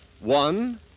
one